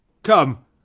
Come